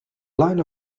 line